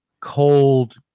cold